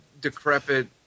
decrepit